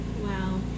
Wow